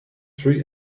three